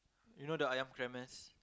you know the Ayam-Gremes